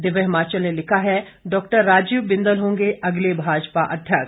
दिव्य हिमाचल ने लिखा है डा राजीव बिंदल होंगे अगले भाजपा अध्यक्ष